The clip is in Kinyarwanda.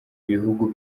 ibihugu